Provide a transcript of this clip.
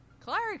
Clark